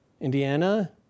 Indiana